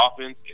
offense